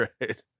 right